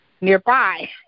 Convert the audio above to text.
nearby